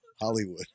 Hollywood